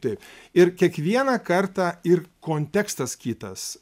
taip ir kiekvieną kartą ir kontekstas kitas